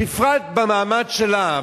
בפרט במעמד שלה.